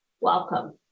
welcome